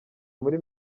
muri